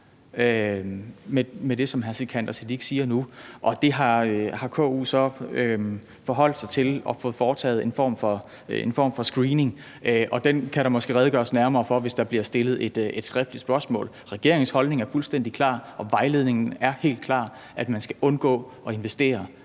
til det, som hr. Sikandar Siddique siger nu. Og det har KU så forholdt sig til og fået foretaget en form for screening. Og den kan der måske redegøres nærmere for, hvis der bliver stillet et skriftligt spørgsmål. Regeringens holdning er fuldstændig klar, og vejledningen er helt klart, at man skal undgå at investere